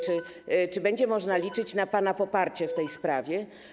Czy będzie można liczyć na pana poparcie w tej sprawie?